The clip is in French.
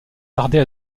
tarder